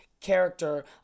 character